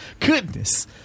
Goodness